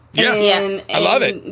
yeah. yeah and i love it.